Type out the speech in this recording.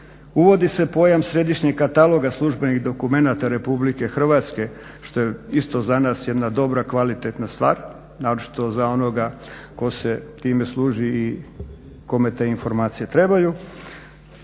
uvodi se pojam središnjeg kataloga službenih dokumenata RH što je isto za nas jedna dobra kvalitetna stvar naročito za onoga tko se time služi i kome te informacije trebaju.